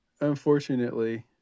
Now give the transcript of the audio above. unfortunately